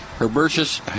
herbaceous